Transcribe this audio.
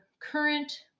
current